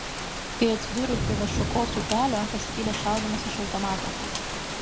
kai atsidūriau prie vašuokos upelio pasipylė šaudymas iš automato